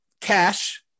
Cash